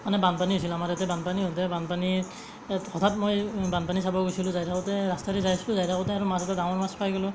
মানে বানপানী হৈছিল আমাৰ ইয়াতে বানপানী হওঁতে বানপানীৰ হঠাৎ মই বানপানী চাব গৈছিলোঁ যায় থাকোঁতে ৰাস্তাইদি যায় আছিলো যায় থাকোঁতে আৰু মাজতে ডাঙৰ মাছ পাই গ'লোঁ